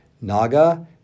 Naga